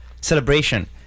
celebration